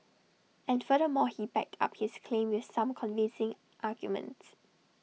and furthermore he backed up his claim with some convincing arguments